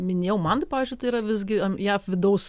minėjau man tai pavyzdžiui tai yra visgi jav vidaus